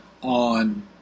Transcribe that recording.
on